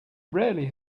rarely